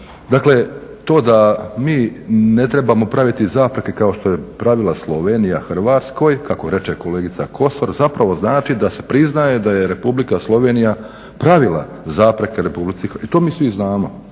Dakle, to da mi ne trebamo praviti zapreke kao što je pravila Slovenija Hrvatskoj kako reće kolegica Kosor zapravo znači da se priznaje da je RH Slovenija pravila zapreke RH i to mi svi znamo.